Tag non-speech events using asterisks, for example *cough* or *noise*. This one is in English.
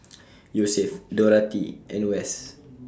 *noise* Yosef Dorathy and Wes